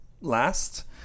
last